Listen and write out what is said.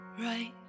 right